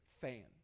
fan